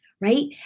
right